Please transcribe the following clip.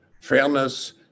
fairness